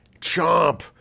chomp